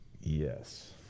Yes